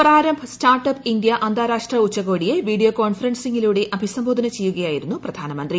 Prarambh startup India അന്താരാഷ്ട്ര ഉച്ചകോടിയെ video കോൺഫറൻസിംഗിലൂടെ അഭിസംബോധന ചെയ്യുകയായിരുന്നു പ്രധാനമന്ത്രി